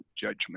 judgment